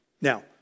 Now